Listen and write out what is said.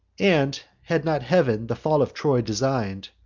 and, had not heav'n the fall of troy design'd,